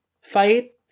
fight